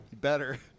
Better